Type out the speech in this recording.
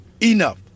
enough